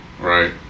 Right